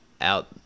out